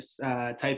type